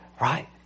right